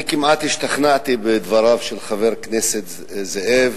אני כמעט השתכנעתי מדבריו של חבר הכנסת זאב,